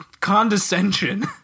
condescension